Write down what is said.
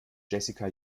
jessica